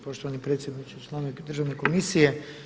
Poštovani predsjedniče i članovi državne komisije.